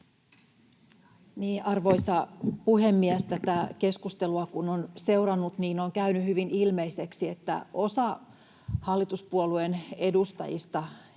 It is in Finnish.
Arvoisa puhemies! Kun tätä keskustelua on seurannut, on käynyt hyvin ilmeiseksi, että osa hallituspuolueen edustajista